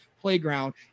Playground